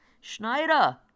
Schneider